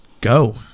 Go